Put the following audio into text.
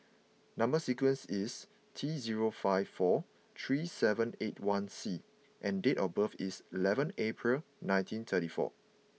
number sequence is T zero five four three seven eight one C and date of birth is eleventh April nineteen thirty four